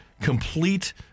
complete